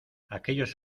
aquellos